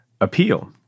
appeal